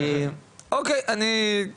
יש